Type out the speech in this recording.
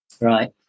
right